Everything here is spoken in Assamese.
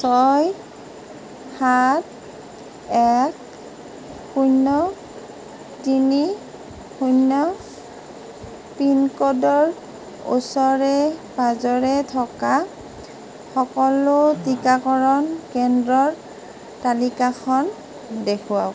ছয় সাত এক শূন্য তিনি শূন্য পিনক'ডৰ ওচৰে পাঁজৰে থকা সকলো টিকাকৰণ কেন্দ্ৰৰ তালিকাখন দেখুৱাওক